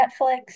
Netflix